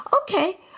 Okay